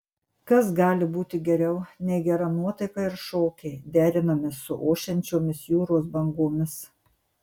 kas gali būti geriau nei gera nuotaika ir šokiai derinami su ošiančiomis jūros bangomis